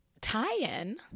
tie-in